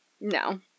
No